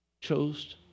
chose